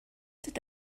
did